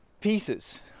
pieces